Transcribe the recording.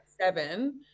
seven